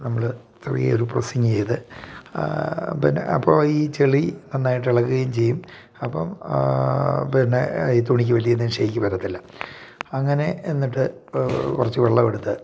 നമ്മൾ ചെറിയ ഒരു പ്രസ്സിങ്ങ് ചെയ്തു പിന്നെ അപ്പം ഈ ചെളി നന്നായിട്ട് ഇളകുവയും ചെയ്യും അപ്പം പിന്നെ ഈ തുണിക്ക് വലിയ ഷേക്ക് വരത്തില്ല അങ്ങനെ എന്നിട്ട് കുറച്ചു വെള്ളമെടുത്ത്